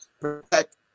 protect